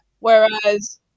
Whereas